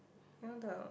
you know the